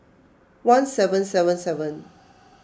one seven seven seven